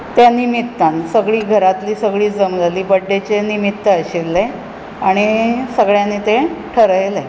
त्या निमतान सगळीं घरांतलीं सगळीं जमिल्ली बर्थडेचें निमित्त आशिल्लें आनी सगळ्यांनी तें ठरयलें